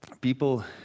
people